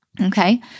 Okay